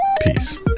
peace